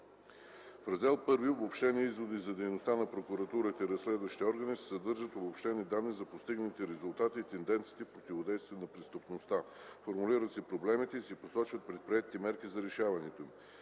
В Раздел I „Обобщени изводи за дейността на прокуратурата и разследващите органи” се съдържат обобщени данни за постигнатите резултати и тенденциите в противодействието на престъпността, формулират се проблемите и се посочват предприетите мерки за решаването им.